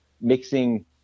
mixing